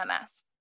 MS